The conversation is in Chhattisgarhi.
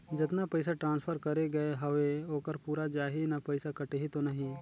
जतना पइसा ट्रांसफर करे गये हवे ओकर पूरा जाही न पइसा कटही तो नहीं?